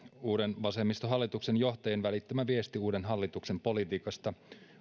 uuden vasemmistohallituksen johtajan välittämä viesti uuden hallituksen politiikasta